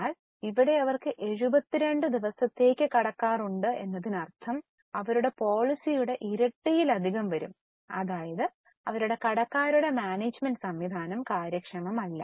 എന്നാൽ ഇവിടെ അവർക്ക് 72 ദിവസത്തേക്ക് കടക്കാർ ഉണ്ട് എന്നതിനർത്ഥം അവരുടെ പോളിസിയുടെ ഇരട്ടിയിലധികം വരും അതായത് അവരുടെ കടക്കാരുടെ മാനേജുമെന്റ് സംവിധാനം കാര്യക്ഷമമല്ല